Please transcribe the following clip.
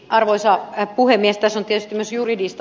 arvoisa puhemies